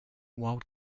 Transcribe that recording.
wild